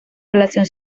relación